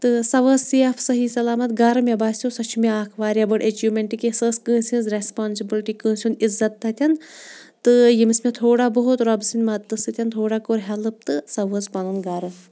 تہٕ سۄ وٲژ سیف صحیح سلامت گَرٕ مےٚ باسیو سۄ چھِ مےٚ اَکھ واریاہ بٔڑ ایٚچیٖومٮ۪نٛٹ کہِ سۄ ٲس کٲنٛسہِ ہِنٛز رٮ۪سپانسٕبٕلٹی کٲنٛسہِ ہُنٛد عزت تَتٮ۪ن تہٕ یٔمِس مےٚ تھوڑا بہت رۄبہٕ سٕنٛدۍ مَدتہٕ سۭتۍ تھوڑا کوٚر ہٮ۪لٕپ تہٕ سۄ وٲژ پَنُن گَرٕ